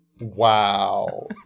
Wow